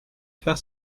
faire